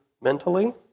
mentally